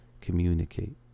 communicate